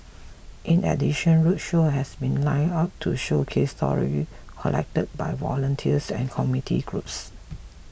in addition roadshows have been lined up to showcase stories collected by volunteers and community groups